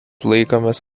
laikomas